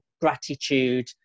gratitude